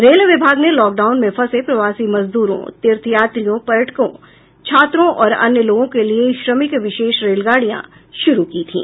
rail विभाग ने lockdown में फंसे प्रवासी मजदूरों तीर्थ यात्रियों पर्यटकों छात्रों और अन्य लोगों के लिए श्रमिक विशेष रेलगाडियां शुरू की थीं